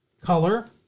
color